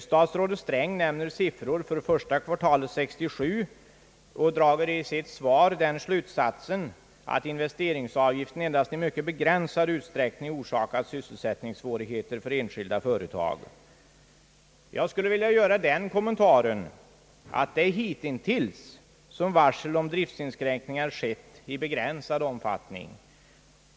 Statsrådet Sträng nämner i svaret siffror för första kvartalet 1967 och drar därav den slutsatsen, att investeringsavgiften endast i mycket begränsad utsträckning orsakat sysselsättningssvårigheter för enskilda företag. Jag skulle vilja göra den kommentaren, att det är hitintills som varsel om driftsinskränkningar skett i begränsad omfattning.